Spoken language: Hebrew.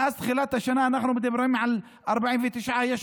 מאז תחילת השנה אנחנו מדברים על 49. יש